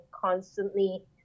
constantly